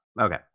Okay